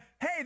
hey